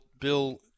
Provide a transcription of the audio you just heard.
Bill